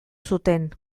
zuten